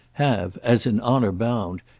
have, as in honour bound,